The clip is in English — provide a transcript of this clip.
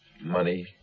money